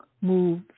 move